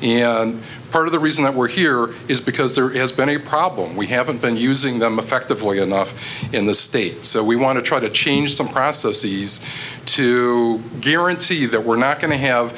in part of the reason that we're here is because there is been a problem we haven't been using them effectively enough in the state so we want to try to change some processes to guarantee that we're not going to have